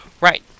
Right